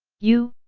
you,